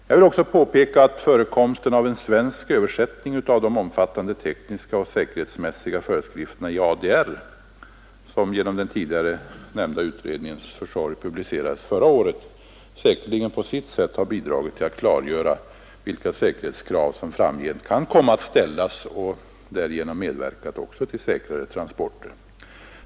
Jag vill också påpeka att förekomsten av en svensk översättning av de omfattande tekniska och säkerhetsmässiga föreskrifterna i ADR, som genom den tidigare nämnda utredningens försorg publicerades förra året, säkerligen på sitt sätt har bidragit till att klargöra vilka säkerhetskrav som framgent kan komma att ställas och därigenom även medverkat till säkrare transporter.